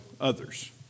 others